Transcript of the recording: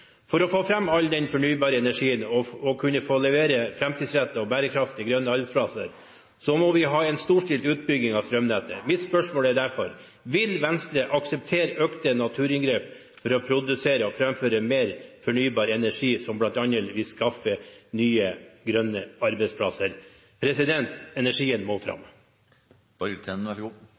For å få fram all den fornybare energien og kunne levere framtidsrettete og bærekraftige grønne arbeidsplasser må vi ha en storstilt utbygging av strømnettet. Mitt spørsmål er derfor: Vil Venstre akseptere økte naturinngrep for å produsere og framføre mer fornybar energi, som bl.a. vil skaffe nye grønne arbeidsplasser? Energien må